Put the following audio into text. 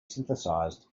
synthesized